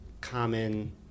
common